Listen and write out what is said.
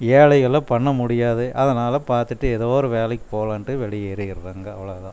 ஏழைகள்லாம் பண்ண முடியாது அதனால் பார்த்துட்டு எதோ ஒரு வேலைக்கு போலான்ட்டு வெளியேறிடுறாங்க அவ்வளோதான்